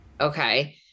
Okay